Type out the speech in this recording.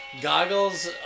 goggles